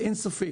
אין ספק,